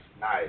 nice